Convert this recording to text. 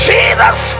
Jesus